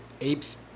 apes